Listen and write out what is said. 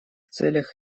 целях